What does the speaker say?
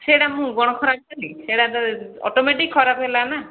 ସେଇଟା ମୁଁ କ'ଣ ଖରାପ କଲି ସେଇଟା ତ ଅଟୋମେଟିକ୍ ଖରାପ ହେଲା ନା